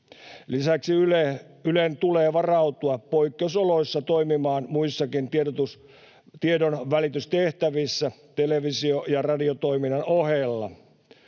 Lisäksi Ylen tulee varautua toimimaan poikkeusoloissa muissakin tiedonvälitystehtävissä televisio- ja radiotoiminnan ohella.